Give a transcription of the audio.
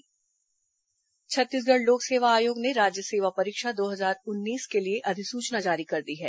PSC अधिसूचना छत्तीसगढ़ लोक सेवा आयोग ने राज्य सेवा परीक्षा दो हजार उन्नीस के लिए अधिसूचना जारी कर दी है